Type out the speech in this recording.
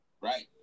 Right